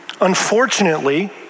Unfortunately